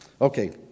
Okay